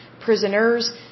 prisoners